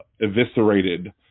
eviscerated